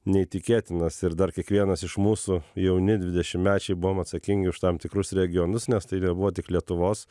neįtikėtinas ir dar kiekvienas iš mūsų jauni dvidešimtmečiai buvom atsakingi už tam tikrus regionus nes tai nebuvo tik lietuvos